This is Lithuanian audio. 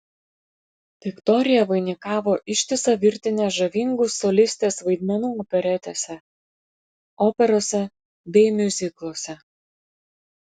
viktorija vainikavo ištisą virtinę žavingų solistės vaidmenų operetėse operose bei miuzikluose